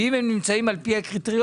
אמרנו אז שאם הם נמצאים בתוך הקריטריון,